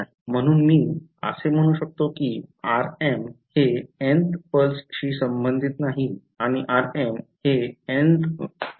म्हणून मी असे म्हणू शकतो की rm हे nth पल्सशी संबंधित नाही आणि rm ते n व्या पल्सशी संबंधित आहे